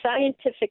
scientific